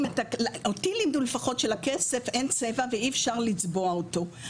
אותי לימדו לפחות שלכסף אין צבע ואי אפשר לצבוע אותו,